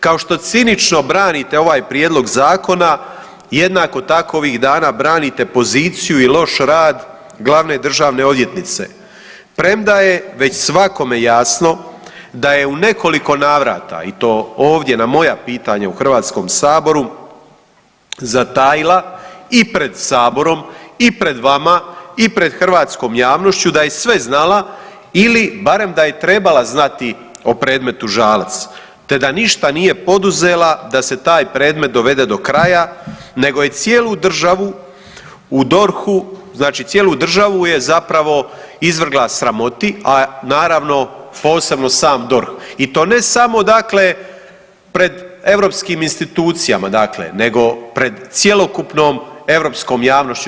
Kao što cinično branite ovaj prijedlog zakona jednako tako ovih dana branite poziciju i loš rad glavne državne odvjetnice premda je već svakome jasno da je u nekoliko navrata i to ovdje na moja pitanja u HS zatajila i pred saborom i pred vama i pred hrvatskom javnošću da je sve znala ili barem da je trebala znati o predmetu Žalac, te da ništa nije poduzela da se taj predmet dovede do kraja nego je cijelu državu u DORH-u, znači cijelu državu je zapravo izvrgla sramoti, a naravno posebno sam DORH i to ne samo dakle pred europskim institucijama dakle nego pred cjelokupnom europskom javnošću.